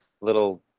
little